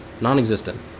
non-existent